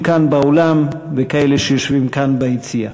כאן באולם וכאלה שיושבים כאן ביציע.